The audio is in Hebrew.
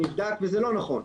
נבדק וזה לא נכון.